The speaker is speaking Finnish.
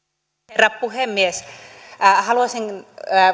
herra puhemies haluaisin